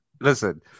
Listen